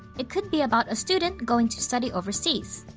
it could be about a student going to study overseas,